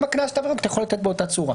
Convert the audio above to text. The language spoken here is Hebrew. גם הקנס של תו ירוק אתה יכול לתת באותה צורה.